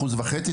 אחוז וחצי.